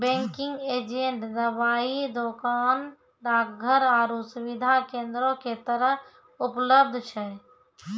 banking agent दबाइ दोकान, डाकघर आरु सुविधा केन्द्रो के तरह उपलब्ध छै